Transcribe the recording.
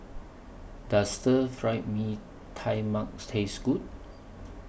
Does Stir Fry Mee Tai Mak Taste Good